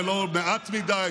לא מאוחר מדי ולא מעט מדי.